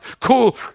cool